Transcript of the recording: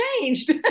changed